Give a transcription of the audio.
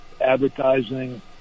advertising